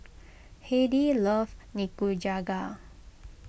Hedy loves Nikujaga